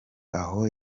aho